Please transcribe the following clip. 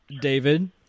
David